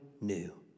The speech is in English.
new